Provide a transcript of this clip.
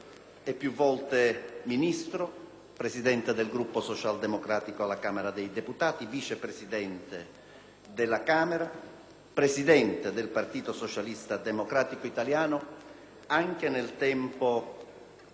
e più volte Ministro, Presidente del Gruppo socialdemocratico alla Camera dei deputati, Vice presidente della Camera, Presidente del Partito Socialista Democratico Italiano, anche nel tempo